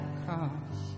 cross